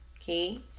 Okay